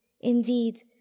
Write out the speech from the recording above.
Indeed